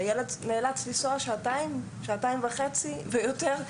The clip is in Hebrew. והילד נאלץ לנסוע שעתיים-שעתיים וחצי ויותר.